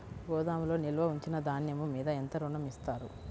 గోదాములో నిల్వ ఉంచిన ధాన్యము మీద ఎంత ఋణం ఇస్తారు?